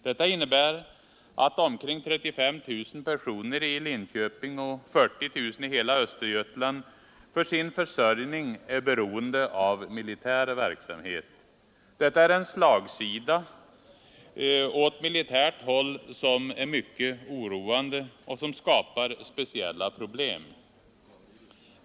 Detta innebär att omkring 35 000 personer i Linköping och 40 000 i hela Östergötland för sin försörjning är beroende av militär verksamhet. Detta är en slagsida åt militärt håll som är mycket oroande och som skapar speciella problem.